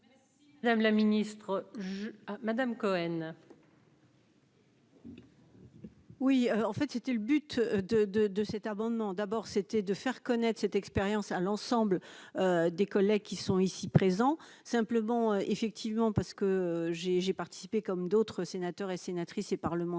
Madame la ministre, je à Madame Cohen. Oui, en fait, c'était le but de de de cet amendement, d'abord, c'était de faire connaître cette expérience à l'ensemble des collègues qui sont ici présents, simplement effectivement parce que j'ai, j'ai participé, comme d'autres sénateurs et sénatrices et parlementaires